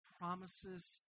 promises